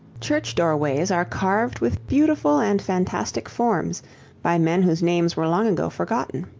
church doorways are carved with beautiful and fantastic forms by men whose names were long ago forgotten.